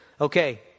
Okay